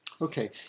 Okay